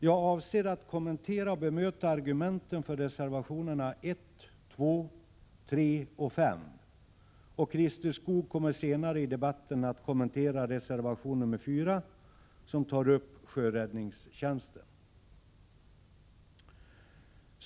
Jag avser att kommentera och bemöta argumenten för reservationerna 1, 2, 3 och 5. Christer Skoog kommer senare i debatten att kommentera reservation 4, som tar upp sjöräddningstjänsten.